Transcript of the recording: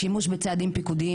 שימוש בצעדים פיקודיים.